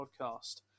Podcast